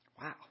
Wow